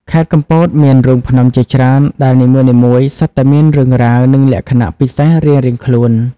ខេត្តកំពតមានរូងភ្នំជាច្រើនដែលនីមួយៗសុទ្ធតែមានរឿងរ៉ាវ និងលក្ខណៈពិសេសរៀងៗខ្លួន។